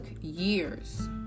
years